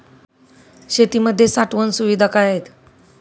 शेतीमध्ये साठवण सुविधा काय आहेत?